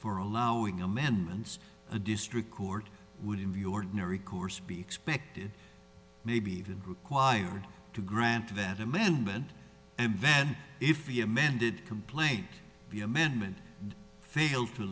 for allowing amendments a district court would in view ordinary course be expected maybe even required to grant that amendment and van if the amended complaint the amendment failed to